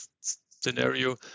scenario